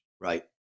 Right